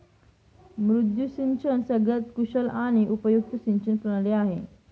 मुद्दू सिंचन सगळ्यात कुशल आणि उपयुक्त सिंचन प्रणाली आहे